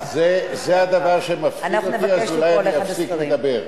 זה הדבר שמפחיד אותי, אז אולי אני אפסיק לדבר.